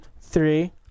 three